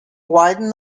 widen